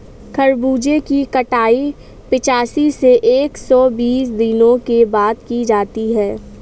खरबूजे की कटाई पिचासी से एक सो बीस दिनों के बाद की जाती है